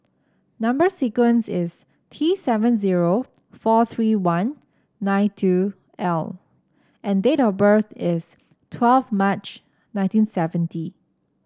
number sequence is T seven zero four three one nine two L and date of birth is twelve March nineteen seventy